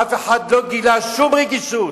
אף אחד לא גילה שום רגישות,